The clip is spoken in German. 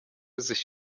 sich